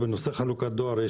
בנושא חלוקת הדואר,